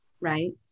right